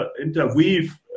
interweave